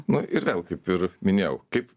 nu ir vėl kaip ir minėjau kaip